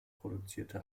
produzierte